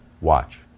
Watch